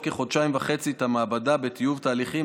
כחודשיים וחצי את המעבדה בטיוב תהליכים,